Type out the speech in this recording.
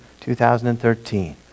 2013